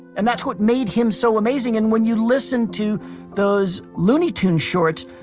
and that's what made him so amazing, and when you listen to those looney tunes shorts,